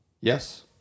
Yes